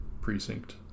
precinct